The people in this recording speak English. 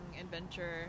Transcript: adventure